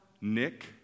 Nick